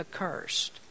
accursed